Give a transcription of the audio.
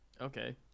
Okay